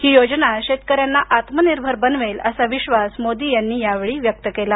ही योजना शेतकऱ्यांना आत्मनिर्भर बनवेल असा विश्वास मोदी यांनी यावेळी व्यक्त केला